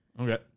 Okay